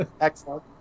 Excellent